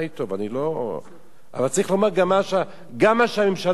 אבל צריך לומר גם מה שהממשלה עושה.